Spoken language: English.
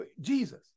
Jesus